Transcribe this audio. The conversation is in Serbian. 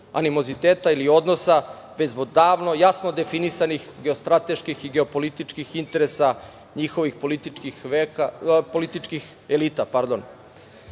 animoziteta ili odnosa, već zbog jasno definisanih geostrateških i geopolitičkih interesa njihovih političkih elita. Sada